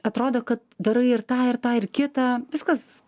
atrodo kad darai ir tą ir tą ir kitą viskas